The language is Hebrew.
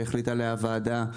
שהחליטה עליה הוועדה,